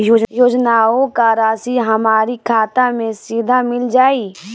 योजनाओं का राशि हमारी खाता मे सीधा मिल जाई?